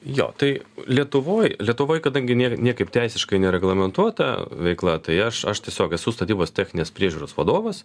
jo tai lietuvoj lietuvoj kadangi nėra niekaip teisiškai nereglamentuota veikla tai aš aš tiesiog esu statybos techninės priežiūros vadovas